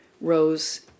rose